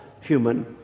human